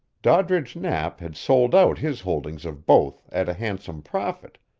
doddridge knapp had sold out his holdings of both at a handsome profit,